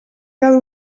cada